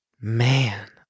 Man